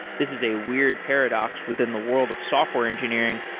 this is a weird paradox within the world of software engineering,